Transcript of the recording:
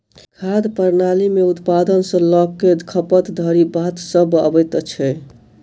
खाद्य प्रणाली मे उत्पादन सॅ ल क खपत धरिक बात सभ अबैत छै